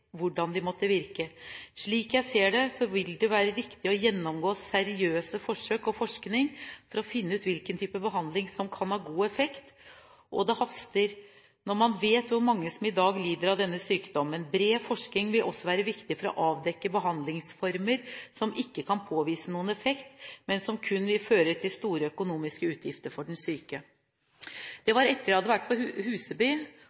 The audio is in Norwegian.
hvordan de måtte virke. Slik jeg ser det, vil det nå være riktig å gjennomgå seriøse forsøk og forskning for å finne ut hvilke type behandlinger som kan ha god effekt, og det haster når vi vet hvor mange som i dag lider under denne sykdommen. Bred forskning vil også være viktig for å avdekke behandlingsformer som ikke kan påvise noen effekt, men som kun vil føre til store økonomiske utgifter for den syke.» Det var etter at jeg hadde vært på Huseby